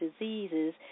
diseases